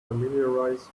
familiarize